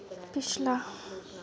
पिछला